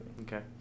Okay